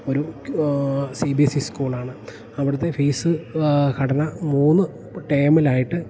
ഒരു C B S E സ്കൂളാണ് അവിടുത്തെ ഫീസ് ഘടന മൂന്ന് ടേമിലായിട്ട്